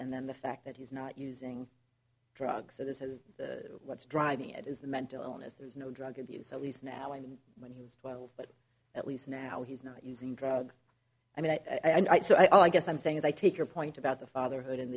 and then the fact that he's not using drugs so this is what's driving it is the mental illness there is no drug abuse at least now i mean when he was twelve but at least now he's not using drugs i mean i so i guess i'm saying is i take your point about the fatherhood